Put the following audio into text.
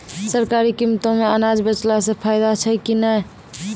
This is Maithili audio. सरकारी कीमतों मे अनाज बेचला से फायदा छै कि नैय?